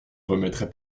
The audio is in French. remettrai